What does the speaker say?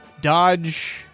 Dodge